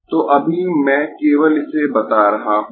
तो अभी मैं केवल इसे बता रहा हूँ